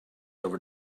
over